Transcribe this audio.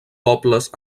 pobles